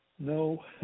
No